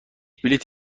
بلیت